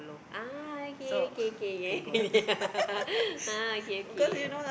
ah okay okay K K yeah ah okay okay